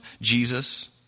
Jesus